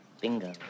Bingo